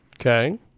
Okay